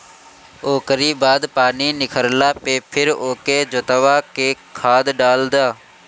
ओकरी बाद पानी निखरला पे फिर ओके जोतवा के खाद डाल दअ